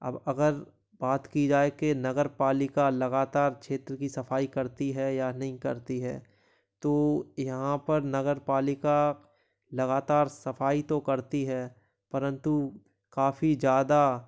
अब अगर बात की जाए के नगरपालिका लगातार क्षेत्र की सफाई करती है या नहीं करती है तो यहाँ पर नगर पालिका लगातार सफाई तो करती है परन्तु काफ़ी ज़्यादा